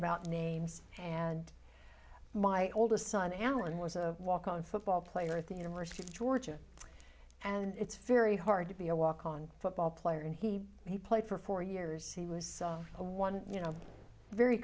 about names and my oldest son allen was a walk on football player at the university of georgia and it's very hard to be a walk on football player and he he played for four years he was so a one you know very